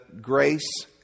grace